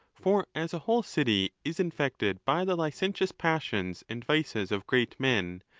for as a whole city is infected by the licentious passions and vices of great men,